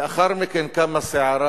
לאחר מכן קמה סערה